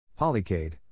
Polycade